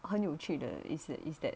很有趣的 is that is that